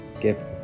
give